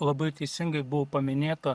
labai teisingai buvo paminėta